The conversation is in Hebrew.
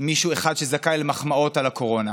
מישהו אחד שזכאי למחמאות על הקורונה.